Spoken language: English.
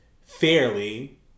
fairly